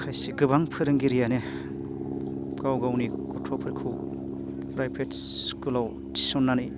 माखायसे गोबां फोरोंगिरियानो गाव गावनि गथ'फोरखौ प्राइभेट स्कुलाव थिसननानै